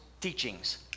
teachings